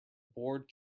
board